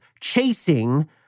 chasing